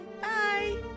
bye